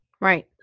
right